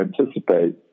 anticipate